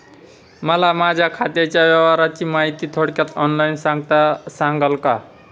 मला माझ्या खात्याच्या व्यवहाराची माहिती थोडक्यात ऑनलाईन सांगाल का?